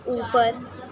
اوپر